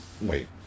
wait